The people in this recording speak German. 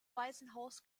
waisenhaus